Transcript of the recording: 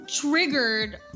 triggered